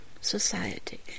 society